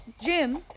Jim